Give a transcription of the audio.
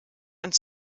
und